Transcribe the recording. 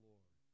Lord